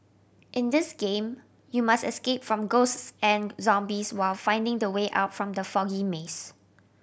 in this game you must escape from ghosts and zombies while finding the way out from the foggy maze